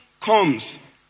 comes